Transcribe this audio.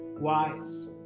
wise